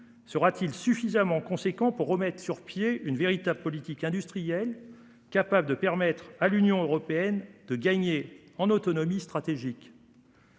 sera-t-il suffisamment conséquent pour remettre sur pied une véritable politique industrielle capable de permettre à l'Union européenne de gagner en autonomie stratégique.